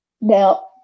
Now